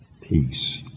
peace